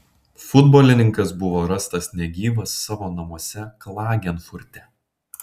futbolininkas buvo rastas negyvas savo namuose klagenfurte